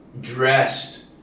dressed